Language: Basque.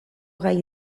gai